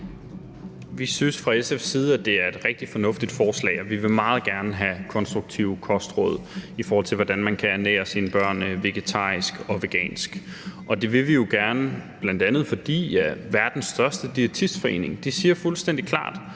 Vi synes fra SF's side, at det er et rigtig fornuftigt forslag, og vi vil meget gerne have konstruktive kostråd, i forhold til hvordan man kan ernære sine børn vegetarisk og vegansk. Og det vil vi jo gerne, bl.a. fordi verdens største diætistforening fuldstændig klart